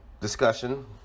discussion